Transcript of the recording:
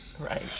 Right